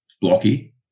blocky